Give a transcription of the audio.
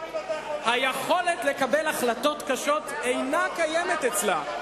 היכולת לקבל החלטות קשות אינה קיימת אצלה".